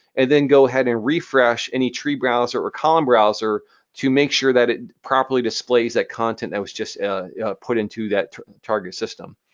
and then go ahead and refresh any tree browser or column browser to make sure that it properly displays that content that was just put into that target system.